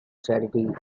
charity